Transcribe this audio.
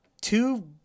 Two